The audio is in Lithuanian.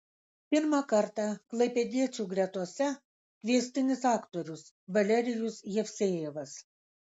pirmą kartą klaipėdiečių gretose kviestinis aktorius valerijus jevsejevas